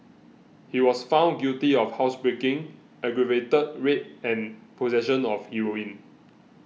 he was found guilty of housebreaking aggravated rape and possession of heroin